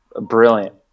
Brilliant